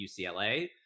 UCLA